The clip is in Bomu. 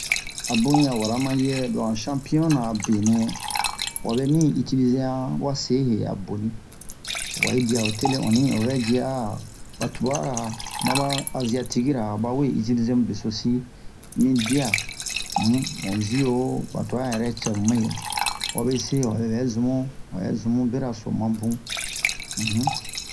abun un ya wara mayɛ lohan shampiyon na a benɛ wabe mi itilise-han hase he a boni wahi dia ho tele onni o vɛ ji a ɓa tuɓara ma ɓa aziyatiki-ra hoɓa we itilize han mu beso sin mi dia um mu siyo ɓa tu'a ɲan yɛrɛ cɛ mu mɛyɛ wabese wabe ɓɛ zun mu waɓɛ zun mu beraso mabun um